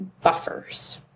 buffers